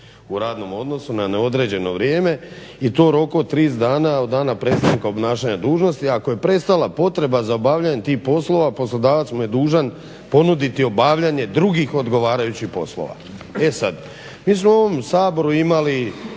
u radnom odnosu na neodređeno vrijeme i to u roku od 30 dana od dana prestanka obnašanja dužnosti, a ako je prestala potreba za obavljanjem tih poslova poslodavac mu je dužan ponuditi obavljanje drugih odgovarajućih poslova. E sad, mi smo u ovom Saboru imali